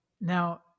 Now